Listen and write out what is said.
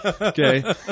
Okay